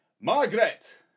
margaret